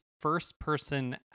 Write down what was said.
first-person